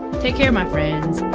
take care, my friends.